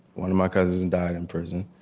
one of my cousins and died in prison.